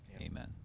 Amen